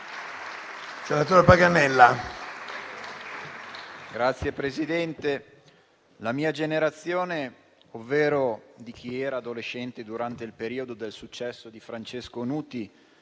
la mia generazione, ovvero quella di chi era adolescente durante il periodo del successo di Francesco Nuti,